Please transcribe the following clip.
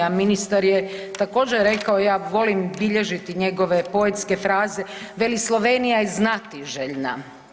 Ministar je također rekao, ja volim bilježiti njegove poetske fraze, veli Slovenija je znatiželjna.